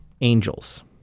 angels